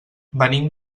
venim